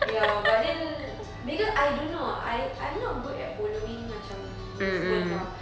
ya but then because I don't know I I'm not good at following macam movement tahu